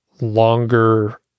longer